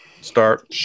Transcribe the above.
start